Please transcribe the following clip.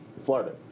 Florida